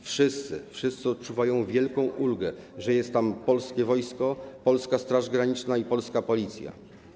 Wszyscy odczuwają wielką ulgę, że jest tam polskie wojsko, polska Straż Graniczna i polska Policja.